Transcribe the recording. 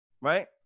right